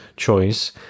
Choice